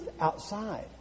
outside